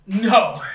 No